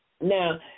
Now